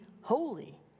holy